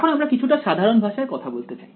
এখন আমরা কিছুটা সাধারণ ভাষায় কথা বলতে চাই